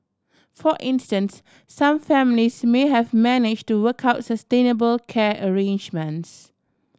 for instance some families may have manage to work out sustainable care arrangements